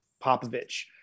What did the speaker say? Popovich